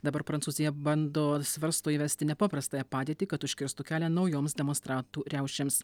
dabar prancūzija bando svarsto įvesti nepaprastąją padėtį kad užkirstų kelią naujoms demonstrantų riaušėms